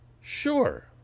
Sure